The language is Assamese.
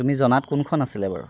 তুমি জনাত কোনখন আছিলে বাৰু